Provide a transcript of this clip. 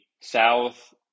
South